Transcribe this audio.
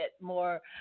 more